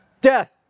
Death